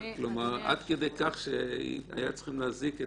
עד כדי כך שהיה צריך להזעיק את